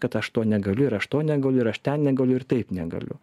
kad aš to negaliu ir aš to negaliu ir aš ten negaliu ir taip negaliu